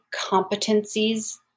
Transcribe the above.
competencies